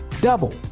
double